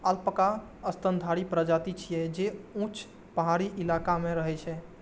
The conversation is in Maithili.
अल्पाका स्तनधारी प्रजाति छियै, जे ऊंच पहाड़ी इलाका मे रहै छै